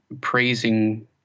praising